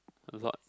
a lot